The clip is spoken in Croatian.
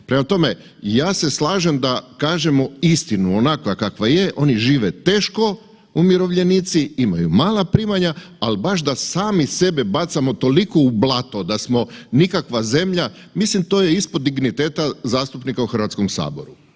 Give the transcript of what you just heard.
Prema tome, ja se slažem da kažemo istinu onakva kakva je, oni žive teško umirovljenici imaju mala primanja, al baš da sami sebe bacamo toliko u blato da smo nikakva zemlja, mislim to je ispod digniteta zastupnika u Hrvatskom saboru.